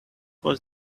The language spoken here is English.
was